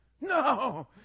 no